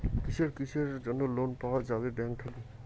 কিসের কিসের জন্যে লোন পাওয়া যাবে ব্যাংক থাকি?